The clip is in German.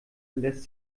lässt